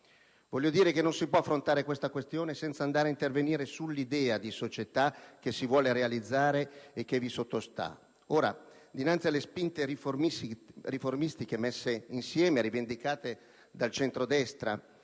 Voglio dire che non si può affrontare questa questione senza andare a intervenire sull'idea di società che si vuol realizzare e che vi sottostà. Ora, dinanzi alle spinte riformistiche messe insieme e rivendicate dal centrodestra,